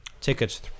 tickets